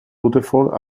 rutherford